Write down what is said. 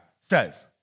says